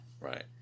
Right